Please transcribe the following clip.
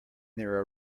their